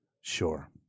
Sure